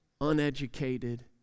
uneducated